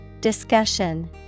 Discussion